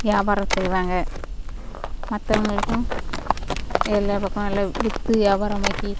வியாபாரம் செய்வாங்க மற்றவங்களுக்கும் எல்லா பக்கம் எல்லாம் விற்று வியாபாரம் ஆகி